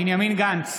בנימין גנץ,